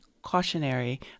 cautionary